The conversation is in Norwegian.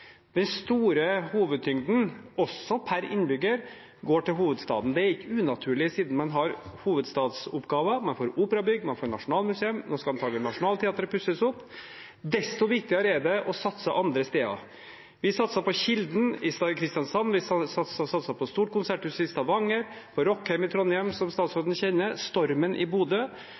Den store hovedtyngden, også per innbygger, går til hovedstaden. Det er ikke unaturlig siden man har hovedstadsoppgaver, man får operabygg, man får nasjonalmuseum, nå skal antagelig Nationaltheatret pusses opp. Desto viktigere er det å satse andre steder. Vi satset på Kilden i Kristiansand, vi satset på stort konserthus i Stavanger, på Rockheim i Trondheim, som statsråden kjenner, og Stormen i Bodø,